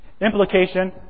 Implication